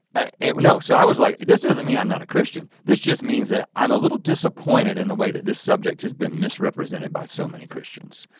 ah you know so i was like this doesn't mean i'm not a christian, this just means that i'm a little disappointed in the way that this subject has been misrepresented by so many christians.